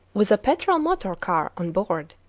with a petrol motor-car on board,